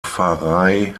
pfarrei